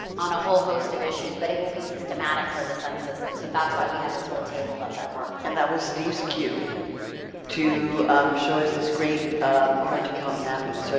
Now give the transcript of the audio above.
on a whole host of issues. but it will be systematic for the census. and so, that's why we have this whole table that's at work. and that was steve's cue to show us this great um hard to count mapping. so